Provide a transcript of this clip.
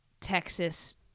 Texas